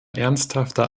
ernsthafter